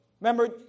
remember